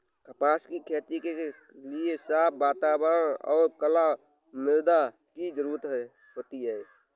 कपास की खेती के लिए साफ़ वातावरण और कला मृदा की जरुरत होती है